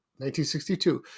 1962